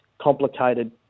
complicated